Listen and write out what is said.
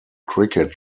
cricket